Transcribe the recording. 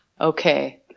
okay